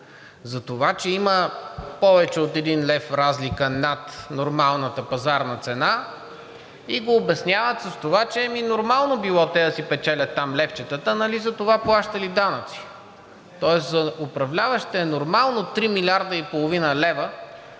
за това, че има повече от един лев разлика над нормалната пазарна цена, и го обясняват с това, че било нормално те да си печелят там левчетата – нали затова плащали данъци. Тоест за управляващите е нормално 3,5 млрд. лв. да